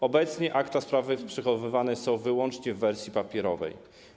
Obecnie akta spraw przechowywane są wyłącznie w wersji papierowej.